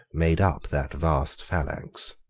made up that vast phalanx.